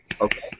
Okay